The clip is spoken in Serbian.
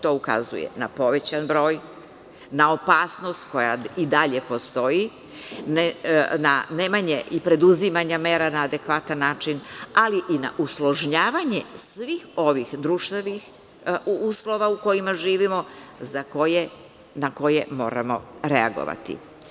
To ukazuje na povećan broj, na opasnost koja i dalje postoji, na nemanje i preduzimanja mera na adekvatan način, ali i na usložnjavanje svih ovih društvenih uslova u kojima živimo na koje moramo reagovati.